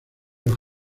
los